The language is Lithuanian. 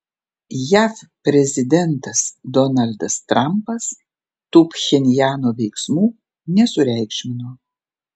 jav prezidentas donaldas trampas tų pchenjano veiksmų nesureikšmino